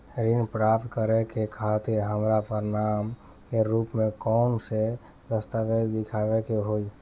ऋण प्राप्त करे के खातिर हमरा प्रमाण के रूप में कउन से दस्तावेज़ दिखावे के होइ?